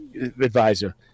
advisor